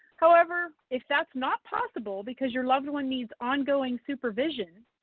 however, if that's not possible because your loved one needs ongoing supervision,